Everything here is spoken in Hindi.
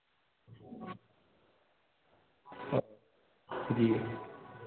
जी